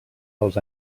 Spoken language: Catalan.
els